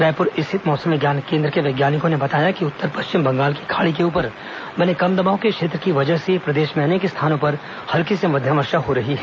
रायपुर स्थित मौसम विज्ञान केन्द्र के वैज्ञानिकों ने बताया कि उत्तर पश्चिम बंगाल की खाड़ी के ऊपर बने कम दबाव के क्षेत्र की वजह से प्रदेश में अनेक स्थानों पर हल्की से मध्यम वर्षा हो रही है